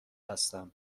هستم